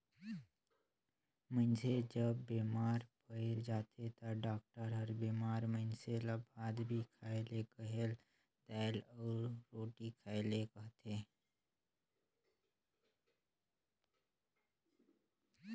मइनसे जब बेमार पइर जाथे ता डॉक्टर हर बेमार मइनसे ल भात नी खाए ले कहेल, दाएल अउ रोटी खाए ले कहथे